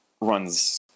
runs